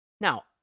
Now